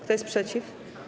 Kto jest przeciw?